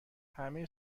همه